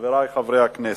חברי חברי הכנסת,